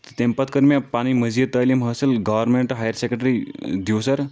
تہٕ تیٚمہِ پَتہٕ کٔر مےٚ پَنٕنۍ مٔزیٖد تعلیٖم حٲصِل گورنمینٹ ہایَر سیٚکنٛڈرٛی دِوسَر